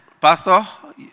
Pastor